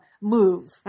move